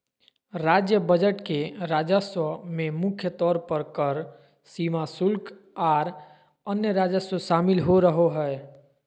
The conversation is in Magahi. राज्य बजट के राजस्व में मुख्य तौर पर कर, सीमा शुल्क, आर अन्य राजस्व शामिल रहो हय